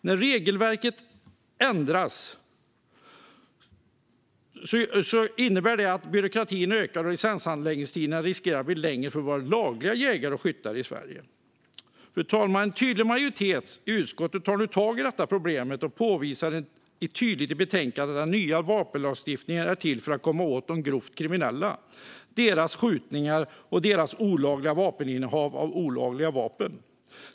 När regelverket ändras innebär det att byråkratin ökar och licenshandläggningstiderna riskerar att bli längre för våra lagliga jägare och skyttar i Sverige. Fru talman! En tydlig majoritet i utskottet tar nu tag i detta problem och framhåller i betänkandet att den nya vapenlagstiftningen är till för att komma åt de grovt kriminella, deras skjutningar och deras olagliga vapeninnehav.